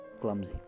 clumsy